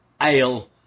Ale